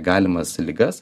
galimas ligas